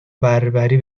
بربری